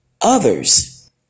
others